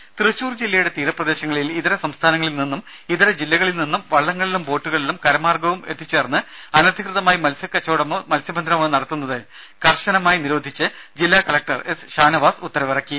രേര തൃശൂർ ജില്ലയുടെ തീരപ്രദേശങ്ങളിൽ ഇതര സംസ്ഥാനങ്ങളിൽ നിന്നും ഇതര ജില്ലകളിൽ നിന്നും വള്ളങ്ങളിലും ബോട്ടുകളിലും കരമാർഗ്ഗവും എത്തിച്ചേർന്ന് അനധികൃതമായി മത്സ്യ കച്ചവടമോ മത്സ്യബന്ധനമോ നടത്തുന്നത് കർശനമായി നിരോധിച്ച് ജില്ലാ കലക്ടർ എസ് ഉത്തരവിറക്കി